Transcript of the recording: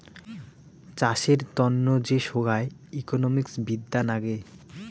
চাষের তন্ন যে সোগায় ইকোনোমিক্স বিদ্যা নাগে